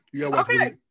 Okay